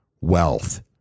wealth